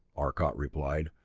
arcot replied,